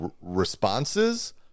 responses